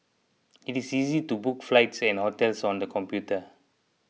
it is easy to book flights and hotels on the computer